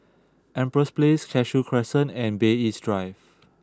Empress Place Cashew Crescent and Bay East Drive